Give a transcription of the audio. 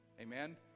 Amen